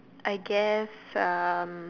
I guess um